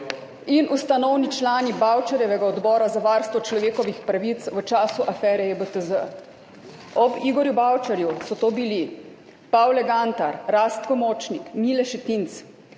in ustanovni člani Bavčarjevega odbora za varstvo človekovih pravic v času afere JBTZ. Ob Igorju Bavčarju so to bili Pavel Gantar, Rastko Močnik, Mile Šetinc,